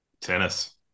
Tennis